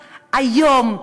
היום,